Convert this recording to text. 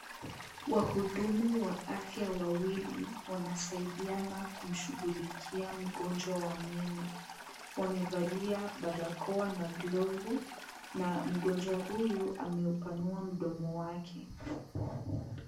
Wahudumu wa afya wawili, wanasaidiana kumshugulikia mgonjwa wa meno, wamevalia barakoa na glovu, na mgonjwa huyu ameupanua mdomo wake.